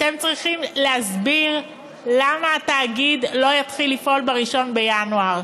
אתם צריכים להסביר למה התאגיד לא יתחיל לפעול ב-1 בינואר.